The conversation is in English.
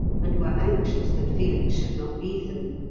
and were anxious that felix should not leave them.